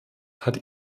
hat